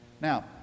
Now